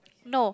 no